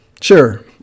Sure